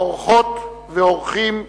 אורחות ואורחים יקרים,